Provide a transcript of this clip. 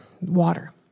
water